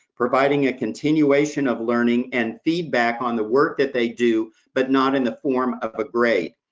providing a continuation of learning and feedback on the work that they do, but not in the form of a grade.